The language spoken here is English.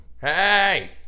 hey